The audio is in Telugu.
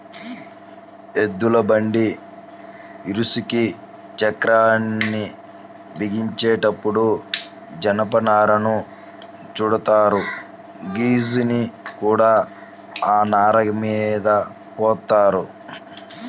ఎద్దుల బండి ఇరుసుకి చక్రాల్ని బిగించేటప్పుడు జనపనారను చుడతారు, గ్రీజుని కూడా ఆ నారమీద పోత్తారు